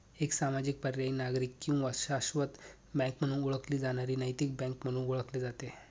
एक सामाजिक पर्यायी नागरिक किंवा शाश्वत बँक म्हणून ओळखली जाणारी नैतिक बँक म्हणून ओळखले जाते